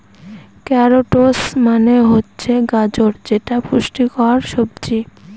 carrots মানে হচ্ছে গাজর যেটা এক পুষ্টিকর সবজি